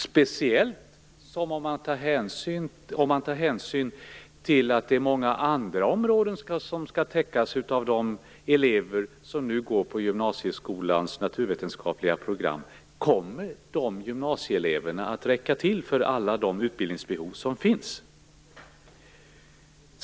Det är speciellt viktigt med hänsyn till att också många andra områden skall täckas av de elever som nu går på gymnasieskolans naturvetenskapliga program. Kommer de gymnasieeleverna att räcka till för alla de utbildningsbehov som finns?